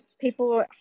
people